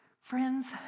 Friends